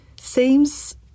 seems